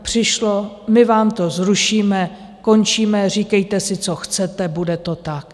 Přišlo: my vám to zrušíme, končíme, říkejte si, co chcete, bude to tak!